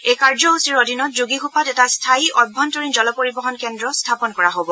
এই কাৰ্যসূচীৰ অধীনত যোগীঘোপাত এটা স্থায়ী অভ্যন্তৰীণ জলপৰিবহন কেন্দ্ৰ স্থাপন কৰা হব